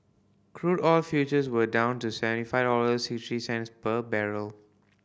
crude oil futures were down to seven five dollars six three cents per barrel